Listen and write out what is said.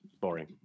boring